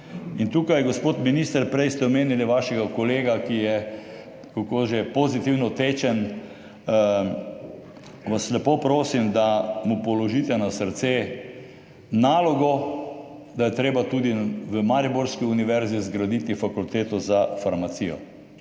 tukaj, gospod minister, prej ste omenili vašega kolega, ki je – kako že? Pozitivno tečen. Vas lepo prosim, da mu položite na srce nalogo, da je treba tudi v mariborski univerzi zgraditi fakulteto za farmacijo.